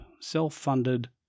self-funded